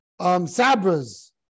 Sabras